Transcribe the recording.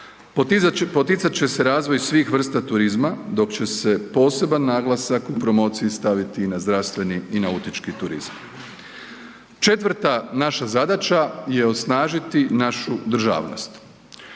Poticat će se razvoj svih vrsta turizma dok će se poseban naglasak u promociji staviti i na zdravstveni i nautički turizam. Četvrta naša zadaća je osnažiti našu državnost.